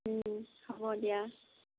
হ'ব দিয়া